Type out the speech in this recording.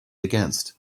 against